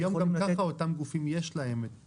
היום גם ככה לאותם גופים יש להם את